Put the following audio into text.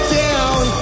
down